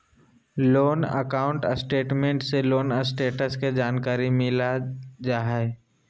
loan account statement से loan status के जानकारी मिल जा हय